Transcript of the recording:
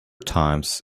times